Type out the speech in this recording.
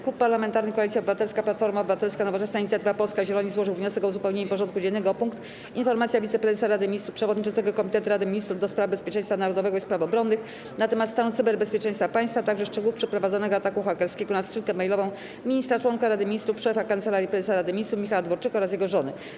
Klub Parlamentarny Koalicja Obywatelska - Platforma Obywatelska, Nowoczesna, Inicjatywa Polska, Zieloni złożył wniosek o uzupełnienie porządku dziennego o punkt: Informacja Wiceprezesa Rady Ministrów, Przewodniczącego Komitetu Rady Ministrów do spraw Bezpieczeństwa Narodowego i spraw Obronnych na temat stanu cyberbezpieczeństwa państwa, a także szczegółów przeprowadzonego ataku hakerskiego na skrzynkę mailową ministra - członka Rady Ministrów, szefa Kancelarii Prezesa Rady Ministrów Michała Dworczyka oraz jego żony.